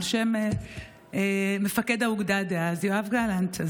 על שם מפקד האוגדה דאז יואב גלנט.